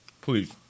Please